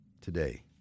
today